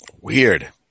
Weird